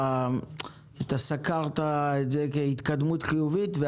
סקרת את זה כהתקדמות חיובית,